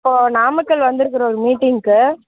இப்போ நாமக்கல் வந்து இருக்குறோம் ஒரு மீட்டிங்க்கு